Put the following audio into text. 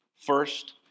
First